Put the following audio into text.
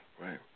right